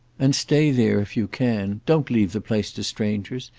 and stay there if you can. don't leave the place to strangers.